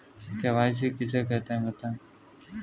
KYC किसे कहते हैं बताएँ?